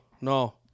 No